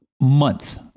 month